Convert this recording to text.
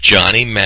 Johnny